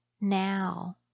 now